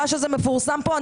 אני רואה שזה מפורסם פה.